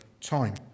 time